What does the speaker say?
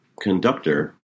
conductor